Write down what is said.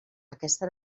aquesta